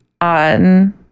on